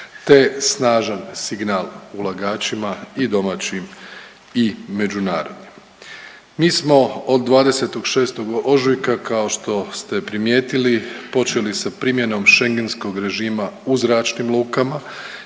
te snažan signal ulagačima i domaćim i međunarodnim. Mi smo od 26. ožujka kao što ste primijetili počeli sa primjenom schengentskog režima u zračnim lukama